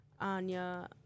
Anya